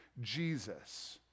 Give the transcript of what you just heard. Jesus